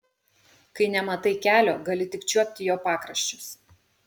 kai nematai kelio gali tik čiuopti jo pakraščius